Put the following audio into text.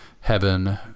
heaven